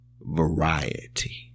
variety